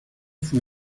fue